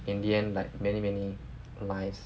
in the end like many many lives